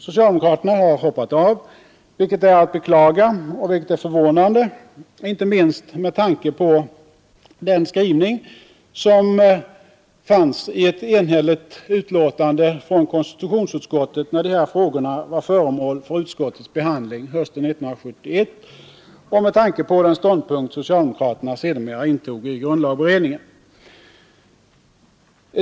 Socialdemokraterna har hoppat av, vilket är att beklaga och vilket är förvånande, inte minst med tanke på den skrivning som fanns i ett enhälligt betänkande från konstitutionsutskottet när de här frågorna var föremål för utskottsbehandling hösten 1971 och med tanke på den ståndpunkt socialdemokraterna sedermera intog i grundlagberedningen.